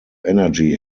energy